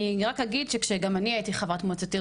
אני רק אגיד שכשגם אני הייתי חברת מועצת עיר